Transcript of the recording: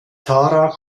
tara